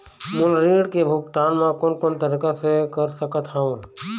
मोर ऋण के भुगतान म कोन कोन तरीका से कर सकत हव?